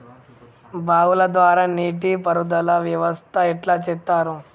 బావుల ద్వారా నీటి పారుదల వ్యవస్థ ఎట్లా చేత్తరు?